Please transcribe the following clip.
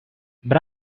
but